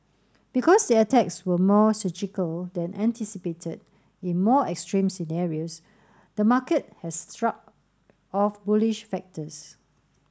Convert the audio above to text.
because the attacks were more surgical than anticipated in more extreme scenarios the market has shrugged off bullish factors